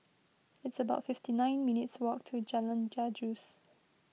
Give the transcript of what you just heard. it's about fifty nine minutes' walk to Jalan Gajus